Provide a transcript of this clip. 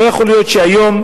לא יכול להיות שהיום,